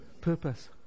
purpose